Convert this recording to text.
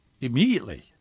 immediately